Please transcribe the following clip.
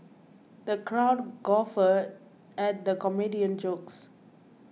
the crowd guffawed at the comedian's jokes